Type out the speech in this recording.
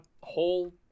whole